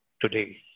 today